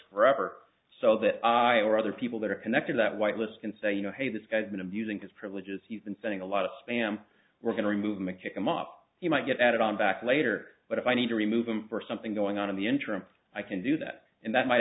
forever so that i or other people that are connected that white list can say you know hey this guy's been abusing his privileges he's been spending a lot of spam we're going to remove him a kick him up he might get added on back later but if i need to remove him for something going on in the interim i can do that and that might